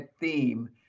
theme